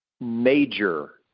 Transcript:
major